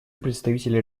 представителя